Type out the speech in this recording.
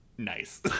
nice